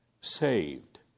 saved